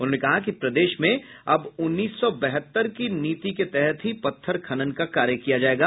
उन्होंने कहा कि प्रदेश में अब उन्नीस सौ बहत्तर की नीति के तहत ही पत्थर खनन का कार्य किया जायेगा